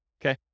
Okay